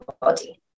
body